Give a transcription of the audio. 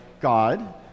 God